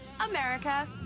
America